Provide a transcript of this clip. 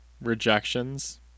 rejections